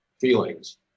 feelings